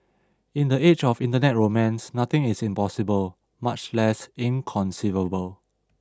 in the age of Internet romance nothing is impossible much less inconceivable